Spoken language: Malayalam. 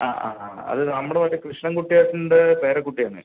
ആ ആ ആ അത് നമ്മുടെ മറ്റേ കൃഷ്ണൻക്കുട്ടി ഏട്ടൻ്റെ പേരക്കുട്ടിയാണ്